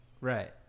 Right